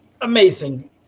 amazing